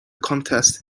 contest